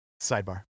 Sidebar